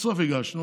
בסוף הגשנו.